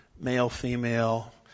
male-female